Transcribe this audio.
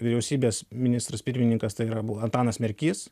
vyriausybės ministras pirmininkas tai yra bu antanas merkys